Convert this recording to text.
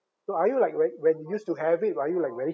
so are you like when when you used to have it are you like very